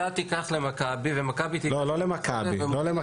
תיקח למכבי ומכבי תיקח --- לא למכבי.